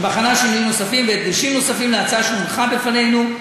שבחנה שינויים נוספים והדגשים נוספים להצעה שהונחה בפנינו.